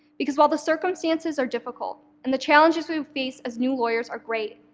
because while the circumstances are difficult and the challenges we face as new lawyers are great,